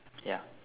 ya